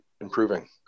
improving